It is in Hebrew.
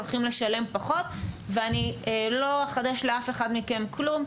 הולכים לשלם פחות ואני לא אחדש לאף אחד מכם כלום,